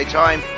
time